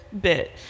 bit